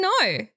no